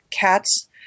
cats